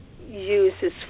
uses